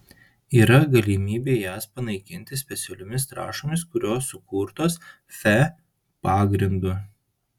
yra galimybė jas panaikinti specialiomis trąšomis kurios sukurtos fe pagrindu